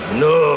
no